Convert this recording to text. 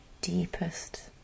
deepest